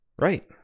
Right